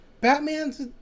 Batman's